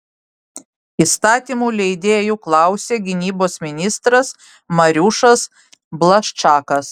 įstatymų leidėjų klausė gynybos ministras mariušas blaščakas